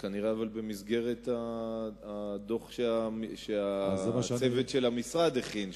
כנראה זה במסגרת הדוח שהצוות של המשרד הכין,